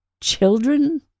Children